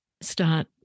start